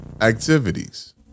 activities